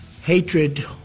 Hatred